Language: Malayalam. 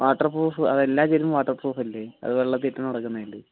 വാട്ടർ പ്രൂഫ് അതെല്ലാം ചെരുപ്പും വാട്ടർ പ്രൂഫല്ലേ അത് വെള്ളത്തിൽ ഇട്ടോണ്ടു നടക്കുന്നതല്ലേ